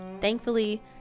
Thankfully